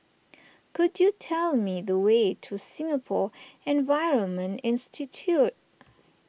could you tell me the way to Singapore Environment Institute